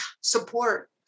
support